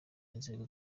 inzego